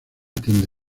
tienda